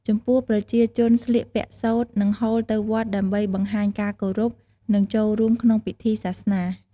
ចំពោះប្រជាជនស្លៀកពាក់សូត្រ និងហូលទៅវត្តដើម្បីបង្ហាញការគោរព និងចូលរួមក្នុងពិធីសាសនា។